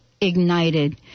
ignited